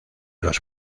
los